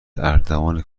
اردوان